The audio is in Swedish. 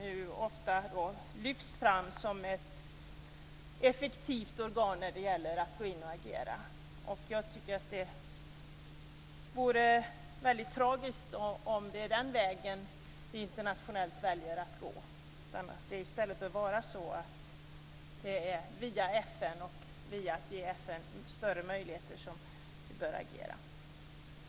Det lyfts ofta fram som ett effektivt organ för att gå in och agera. Det vore väldigt tragiskt om det är den vägen vi internationellt väljer att gå. Det är i stället via FN och genom att ge FN större möjligheter som vi bör agera.